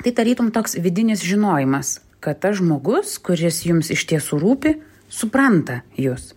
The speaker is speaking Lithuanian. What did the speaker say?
tai tarytum toks vidinis žinojimas kad tas žmogus kuris jums iš tiesų rūpi supranta jus